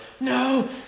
no